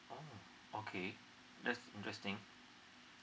oh okay that's interesting